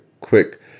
quick